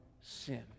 sin